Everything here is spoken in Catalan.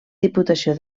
diputació